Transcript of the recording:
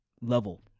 level